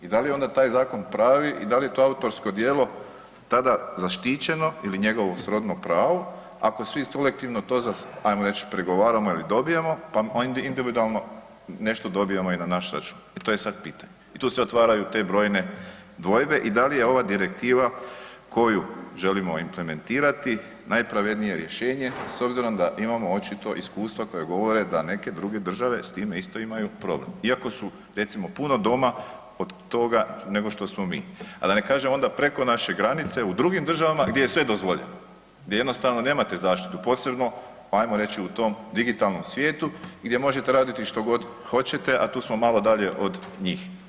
Da li je onda taj zakon pravi i da li je to autorsko djelo tada zaštićeno ili njegovo srodno pravo ako svi kolektivno to, ajmo reć, pregovaramo ili dobijemo, pa individualno nešto dobijemo i naš račun, to je sad pitanje i tu se otvaraju te brojne dvojbe i da li je ova direktiva koju želimo implementirati najpravednije rješenje s obzirom da imamo očito iskustva koja govore da neke druge države s time isto imaju problem iako su recimo puno doma od toga nego što smo mi, a da ne kažem onda preko naše granice u drugim državama gdje je sve dozvoljeno, gdje jednostavno nemate zaštitu, posebno, ajmo reći, u tom digitalnom svijetu i gdje možete raditi što god hoćete, a tu smo malo dalje od njih.